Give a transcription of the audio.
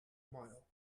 mile